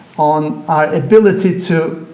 on ability to,